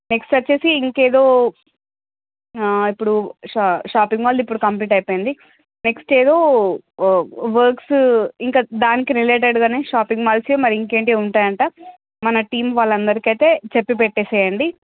next వచ్చేసి ఇంకేదో ఇప్పుడు షా షాపింగ్ మాల్ది ఇప్పుడు కంప్లీట్ అయిపోయింది నెక్స్ట్ ఏదో వర్క్స్ ఇంకా దానికి రిలేటెడ్గానే షాపింగ్ మాల్స్ మరి ఇంకేంటి ఉంటాయంట మన టీమ్ అయితే చెప్పి పెట్టేసేయండి